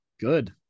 good